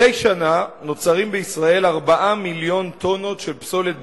מדי שנה נוצרים בישראל 4 מיליון טונות של פסולת בניין,